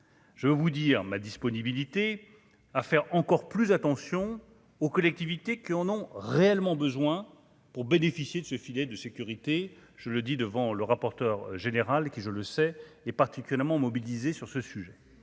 Je vais vous dire ma disponibilité à faire encore plus attention aux collectivités qui en ont réellement besoin pour bénéficier de ce filet de sécurité, je le dis devant le rapporteur général qui, je le sais et particulièrement mobilisé sur ce sujet,